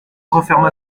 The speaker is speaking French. referma